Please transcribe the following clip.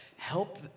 help